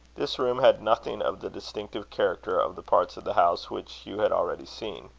this room had nothing of the distinctive character of the parts of the house which hugh had already seen.